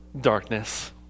darkness